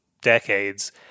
decades